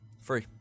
free